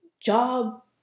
job